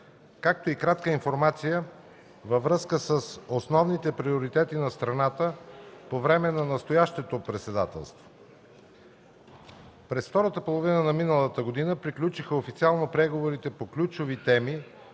както и кратка информация във връзка с основните приоритети на страната по време на настоящото председателство. През втората половина на миналата година приключиха официално преговорите по ключови теми,